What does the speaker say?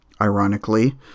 ironically